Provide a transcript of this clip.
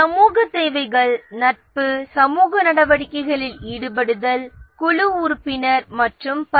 சமூகத் தேவைகள் நட்பு சமூக நடவடிக்கைகளில் ஈடுபடுதல் குழு உறுப்பினர் மற்றும் பல